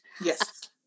Yes